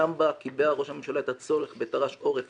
גם בה קיבע ראש הממשלה את הצורך בתר"ש עורף